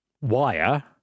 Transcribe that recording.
wire